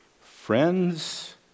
friends